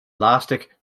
elastic